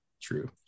True